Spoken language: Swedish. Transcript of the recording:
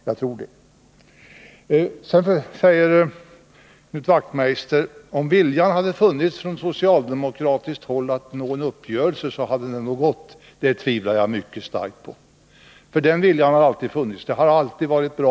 Knut Wachtmeister sade att om viljan hade funnits från socialdemokratiskt håll hade det nog gått att nå en uppgörelse. Det tvivlar jag mycket starkt på. Den viljan har nämligen alltid funnits.